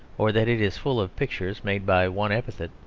or that it is full of pictures made by one epithet,